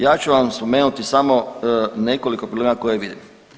Ja ću vam spomenuti samo nekoliko problema koje vidim.